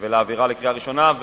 ולהעבירה להכנה לקריאה ראשונה.